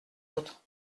autres